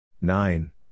Nine